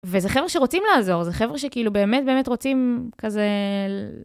וזה חבר'ה שרוצים לעזור, זה חבר'ה שכאילו באמת באמת רוצים כזה...